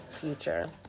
future